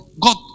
God